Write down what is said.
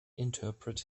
interpret